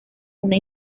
una